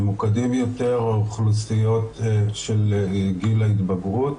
ממוקדים יותר באוכלוסיות של גיל ההתבגרות,